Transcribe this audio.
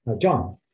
john